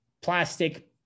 plastic